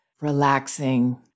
relaxing